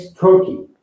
Turkey